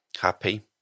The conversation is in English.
happy